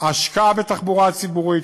ההשקעה בתחבורה הציבורית,